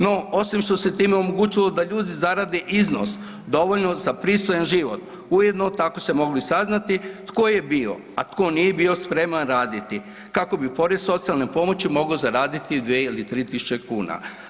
No osim što se time omogućilo da ljudi zarade iznos dovoljan za pristojan život ujedno tako se moglo saznati tko je bio, a tko nije bio spreman raditi kako bi pored socijalne pomoći mogao zaraditi dve ili tri tisuće kuna.